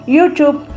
Youtube